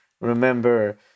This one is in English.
remember